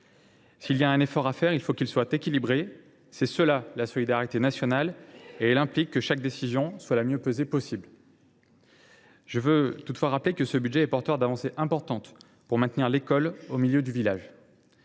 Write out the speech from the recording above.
S’il y a un effort à faire, il faut qu’il soit équilibré. C’est cela la solidarité nationale, et elle implique que chaque décision soit la mieux pesée possible. Je veux toutefois rappeler que ce budget est porteur d’avancées importantes pour maintenir l’école au milieu du village.